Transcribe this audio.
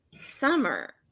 Summer